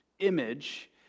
image